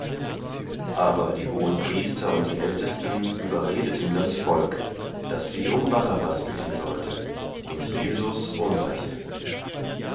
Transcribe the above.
aber die hohenpriester und die ältesten überredeten das volk daß sie um barabbas bitten sollten und jesus umbrächten